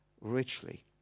richly